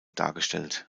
dargestellt